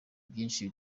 byishi